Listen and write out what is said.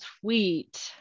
tweet